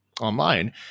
online